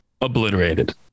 obliterated